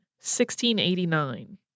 1689